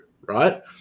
right